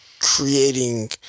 creating